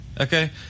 Okay